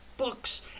Books